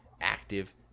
active